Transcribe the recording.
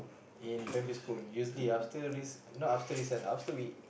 in primary school usually after recess not after recess after we